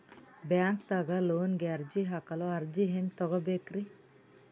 ಬ್ಯಾಂಕ್ದಾಗ ಲೋನ್ ಗೆ ಅರ್ಜಿ ಹಾಕಲು ಅರ್ಜಿ ಹೆಂಗ್ ತಗೊಬೇಕ್ರಿ?